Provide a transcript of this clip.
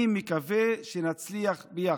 אני מקווה שנצליח ביחד.